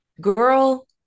girl